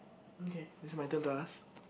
okay is my turn to ask